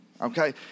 Okay